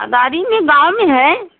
अदारी में गाँव में है